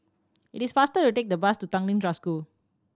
it is faster to take the bus Tanglin Trust School